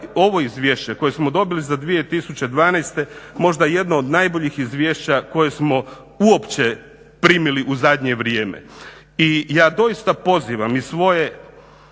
ovo izvješće koje smo dobili za 2012. možda jedno od najboljih izvješća koje smo uopće primili u zadnje vrijeme. I ja doista pozivam i svoje